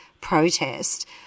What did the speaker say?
protest –